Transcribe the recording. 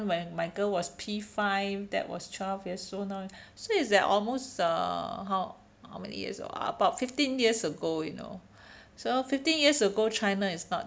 when my girl was p five that was twelve years so now so like almost uh how how many years ago about fifteen years ago you know so fifteen years ago china is not